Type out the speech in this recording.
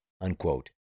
unquote